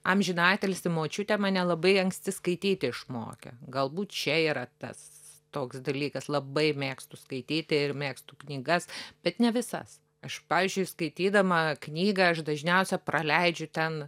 amžiną atilsį močiutė mane labai anksti skaityti išmokė galbūt čia yra tas toks dalykas labai mėgstu skaityti ir mėgstu knygas bet ne visas pavyzdžiui skaitydama knygą aš dažniausia praleidžiu ten